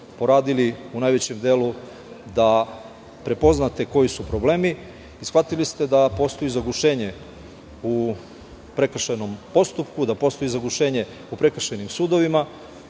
u najvećem delu da prepoznate koji su problemi i shvatili ste da postoji zagušenje u prekršajnom postupku, da postoji zagušenje u prekršajnim sudovima,